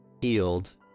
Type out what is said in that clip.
healed